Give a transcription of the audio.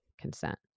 consent